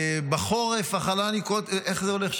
בחורף אכלני, איך זה הולך?